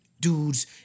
dudes